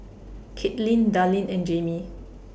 Caitlin Darleen and Jaime